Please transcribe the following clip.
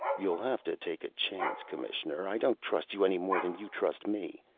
you'll have to take a chance, commissioner. i don't trust you any more than you trust me.